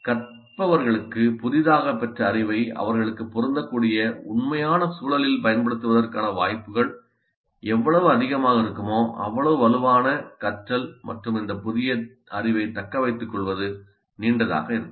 கற்றவர்களுக்கு புதிதாகப் பெற்ற அறிவை அவர்களுக்குப் பொருந்தக்கூடிய உண்மையான சூழலில் பயன்படுத்துவதற்கான வாய்ப்புகள் எவ்வளவு அதிகமாக இருக்குமோ அவ்வளவு வலுவான கற்றல் மற்றும் இந்த புதிய அறிவைத் தக்கவைத்துக்கொள்வது நீண்டதாக இருக்கும்